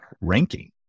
ranking